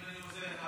אם אתה עושה לך